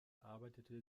arbeitete